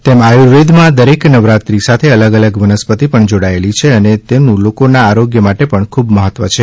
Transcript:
તેમ આયુર્વેદમાં દરેક નવરાત્રી સાથે અલગ અલગ વનસ્પતિ પણ જોડાથેલી છે અને તેનું લોકોના આરોગ્ય માટે પણ ખુબ જ મહત્વ છે